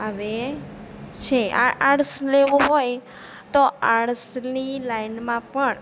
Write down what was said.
આવે છે આ આર્ટસ લેવું હોય તો આર્ટસની લાઈનમાં પણ